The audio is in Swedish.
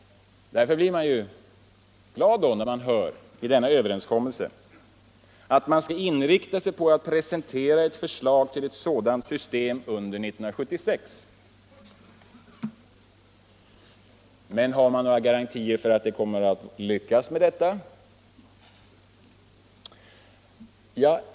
Därför är det glädjande när det i denna överenskommelse sägs att man skall inrikta sig på att presentera ett förslag till ett sådant system under 1976. Men finns det några garantier för att man kommer att lyckas härmed?